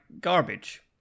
garbage